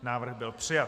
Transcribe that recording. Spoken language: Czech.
Návrh byl přijat.